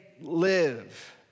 live